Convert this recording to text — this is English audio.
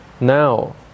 Now